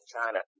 China